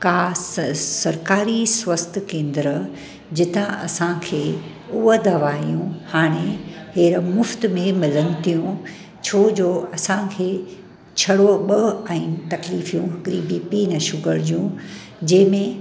कासि सरकारी स्वस्थ्य केंद्र जितां असांखे उहा दवाइयूं हाणे हीअंर मुफ़्त में मिलनि थियूं छो जो असांखे छॾो ॿ आहिनि तकलीफ़यूं हिकिड़ी बीपी हिकु शुगर जूं जंहिंमें